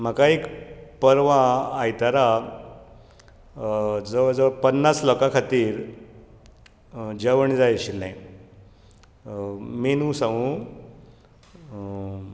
म्हाका एक परवां आयताराक जवळ जवळ पन्नास लोकां खातीर जेवण जाय आशिल्लें मेनू सांगू